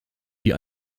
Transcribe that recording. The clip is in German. die